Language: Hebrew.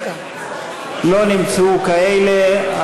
לא נמצאו כאלה.